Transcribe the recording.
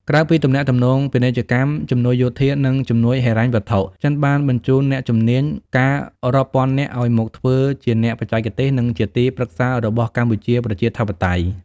ក្រៅពីទំនាក់ទំនងពាណិជ្ជកម្ម ជំនួយយោធា និងជំនួយហិរញ្ញវត្ថុ ចិនបានបញ្ជូនអ្នកជំនាញ ការរាប់ពាន់នាក់ឱ្យមកធ្វើជាអ្នកបច្ចេកទេស និងជាទីប្រឹក្សារបស់កម្ពុជាប្រជាធិបតេយ្យ។